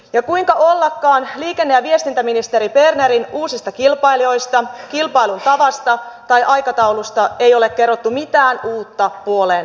ja kuinka ollakaan liikenne ja viestintäministeri bernerin uusista kilpailijoista kilpailun tavasta tai aikataulusta ei ole kerrottu mitään uutta puoleen vuoteen